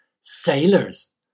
Sailors